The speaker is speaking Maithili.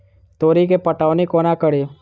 तोरी केँ पटौनी कोना कड़ी?